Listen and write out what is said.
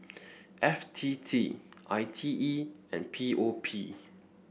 F T T I T E and P O P